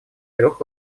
трех